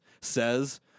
says